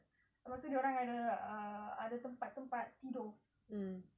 lepas tu dorang ada ah ada tempat-tempat tidur